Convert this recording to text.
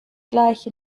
gleich